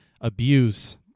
abuse—